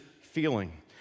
feeling